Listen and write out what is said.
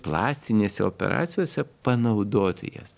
plastinėse operacijose panaudoti jas